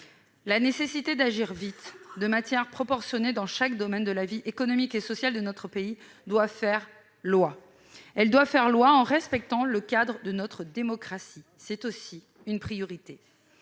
La nécessité d'agir vite et de manière proportionnée, dans chaque domaine de la vie économique et sociale de notre pays, doit faire loi, dans le respect du cadre de notre démocratie : c'est aussi une priorité.